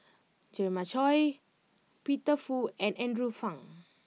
Jeremiah Choy Peter Fu and Andrew Phang